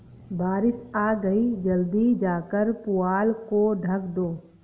बारिश आ गई जल्दी जाकर पुआल को ढक दो